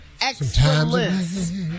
excellence